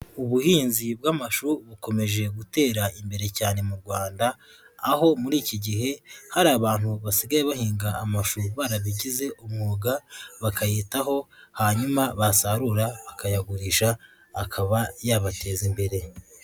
Ubuhinzi bw'amashuri bukomeje gutera imbere cyane mu Rwanda, aho muri iki gihe hari abantu basigaye bahinga amashu barabigize umwuga bakayitaho, hanyuma basarura bakayagurisha akaba yabateza imbere.